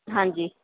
ਹਾਂਜੀ